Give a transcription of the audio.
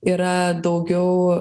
yra daugiau